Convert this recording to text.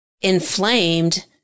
inflamed